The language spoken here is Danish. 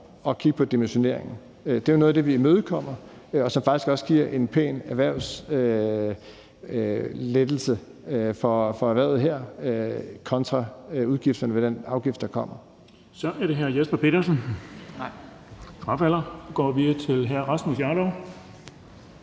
at kigge på dimensioneringen. Det er jo noget af det, vi imødekommer, og som faktisk også giver en pæn lettelse for erhvervet her kontra udgifterne ved den afgift, der kommer. Kl. 11:34 Den fg. formand (Erling